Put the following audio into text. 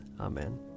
Amen